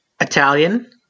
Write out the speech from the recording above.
Italian